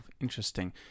Interesting